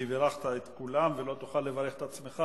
כי בירכת את כולם ולא תוכל לברך את עצמך.